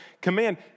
command